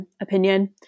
opinion